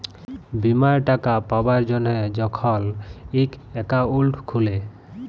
বীমার টাকা পাবার জ্যনহে যখল ইক একাউল্ট খুলে